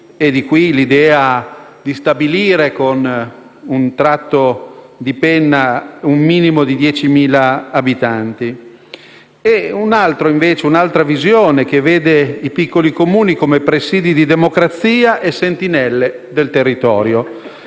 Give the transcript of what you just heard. e di qui l'idea di stabilire con un tratto di penna un minimo di 10.000 abitanti. Un'altra visione vede i piccoli Comuni come presidi di democrazia e sentinelle del territorio.